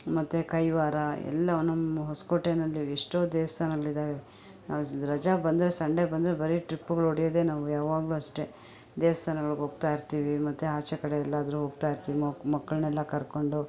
ಮತ್ತೆ ಕೈವಾರ ಎಲ್ಲ ನಮ್ಮ ಹೊಸಕೋಟೆಯಲ್ಲಿ ಎಷ್ಟೋ ದೇವಸ್ಥಾನಗಳಿದ್ದಾವೆ ನಾವು ರಜೆ ಬಂದರೆ ಸಂಡೇ ಬಂದರೆ ಬರೀ ಟ್ರಿಪ್ಪುಗಳು ಹೊಡೆಯೋದೆ ನಾವು ಯಾವಾಗಲೂ ಅಷ್ಟೇ ದೇವಸ್ಥಾನಗಳ್ಗೋಗ್ತಾಯಿರ್ತೀವಿ ಮತ್ತೆ ಆಚೆ ಕಡೆ ಎಲ್ಲಾದರೂ ಹೋಗ್ತಾಯಿರ್ತೀವಿ ಮಕ್ ಮಕ್ಕಳನ್ನೆಲ್ಲ ಕರ್ಕೊಂಡು